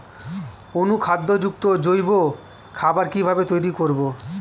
অনুখাদ্য যুক্ত জৈব খাবার কিভাবে তৈরি করব?